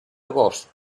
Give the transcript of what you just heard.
agost